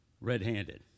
red-handed